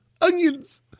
onions